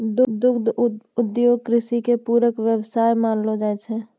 दुग्ध उद्योग कृषि के पूरक व्यवसाय मानलो जाय छै